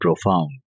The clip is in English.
profound